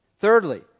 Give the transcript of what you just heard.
Thirdly